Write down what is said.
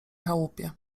chałupie